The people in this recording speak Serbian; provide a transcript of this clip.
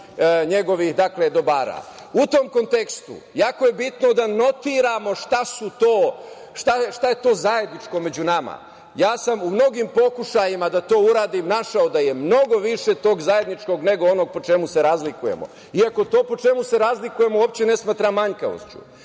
tom kontekstu jako je bitno da notiramo šta je to zajedničko među nama. Ja sam u mnogim pokušajima da to uradim našao da je mnogo više tog zajedničkog, nego onog po čemu se razlikujemo, iako to po čemu se razlikujemo uopšte ne smatram manjkavošću,